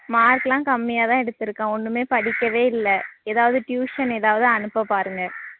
மார்க்குலாம் கம்மியாக தான் எடுத்திருக்கான் ஒன்றுமே படிக்கவே இல்லை ஏதாவது டியூசன் ஏதாவது அனுப்பப் பாருங்கள்